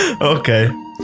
Okay